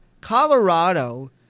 Colorado